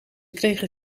kregen